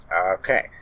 Okay